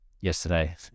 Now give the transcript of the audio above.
yesterday